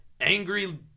angry